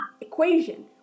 equation